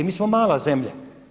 Mi smo mala zemlja.